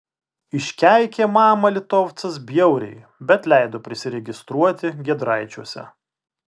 iškeikė mamą litovcas bjauriai bet leido prisiregistruoti giedraičiuose